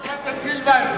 שמעת, סילבן?